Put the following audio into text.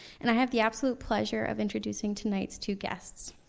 and, i have the absolute pleasure of introducing tonight's two guests.